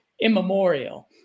immemorial